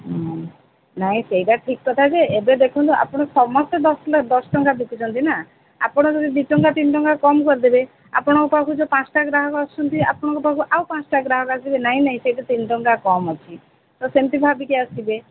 ହୁଁ ନାଇଁ ସେଇଟା ଠିକ କଥା ଯେ ଏବେ ଦେଖନ୍ତୁ ଆପଣ ସମସ୍ତେ ଦଶ ନାଇଁ ଦଶ ଟଙ୍କା ବିକୁଛନ୍ତି ନା ଆପଣ ଯଦି ଦୁଇ ଟଙ୍କା ତିନି ଟଙ୍କା କମ୍ କରିଦେବେ ଆପଣଙ୍କ ପାଖକୁ ଯୋଉ ପାଞ୍ଚଟା ଗ୍ରାହକ ଆସୁଛନ୍ତି ଆପଣଙ୍କ ପାଖକୁ ଆଉ ପାଞ୍ଚଟା ଗ୍ରାହକ ଆସିବେ ନାଇଁ ନାଇଁ ସେଠି ତିନି ଟଙ୍କା କମ୍ ଅଛି ତ ସେମିତି ଭାବିକି ଆସିବେ